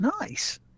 Nice